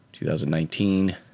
2019